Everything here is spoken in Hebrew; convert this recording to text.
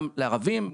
גם לערבים,